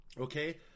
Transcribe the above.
Okay